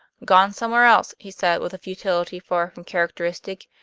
gone somewhere else, he said, with futility far from characteristic.